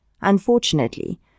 Unfortunately